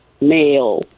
male